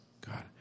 God